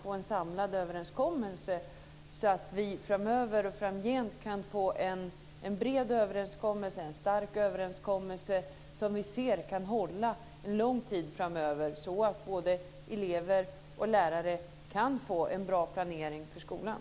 Då skulle vi framgent kunna få en bred och stark överenskommelse som håller en lång tid framöver, så att elever och lärare kan få en bra planering för skolan.